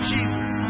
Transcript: Jesus